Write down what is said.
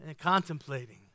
Contemplating